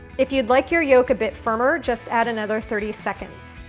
if you'd like your yolk a bit firmer just add another thirty seconds,